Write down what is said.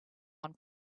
one